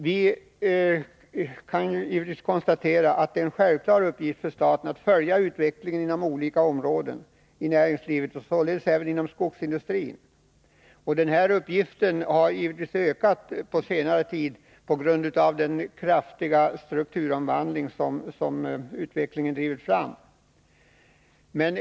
Vi kan givetvis konstatera att det är en självklar uppgift för staten att följa utvecklingen på olika områden av näringslivet, således även när det gäller skogsindustrin. Den uppgiften har givetvis blivit större under senare tid, på grund av den kraftiga strukturomvandling som utvecklingen drivit fram.